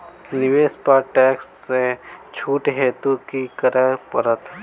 निवेश पर टैक्स सँ छुट हेतु की करै पड़त?